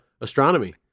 astronomy